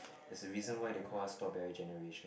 is the reason why they call us strawberry generation